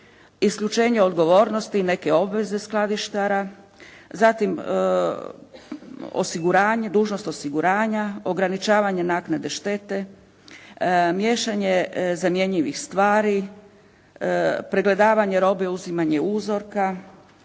isključenje odgovornosti i neke obveze skladištara, zatim osiguranje, dužnost osiguranja, ograničavanje naknade štete, miješanje zamjenjivih stvari, pregledavanje robe, uzimanje uzroka,